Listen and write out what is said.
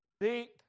deep